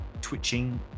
twitching